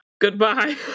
Goodbye